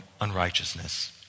unrighteousness